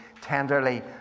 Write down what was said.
tenderly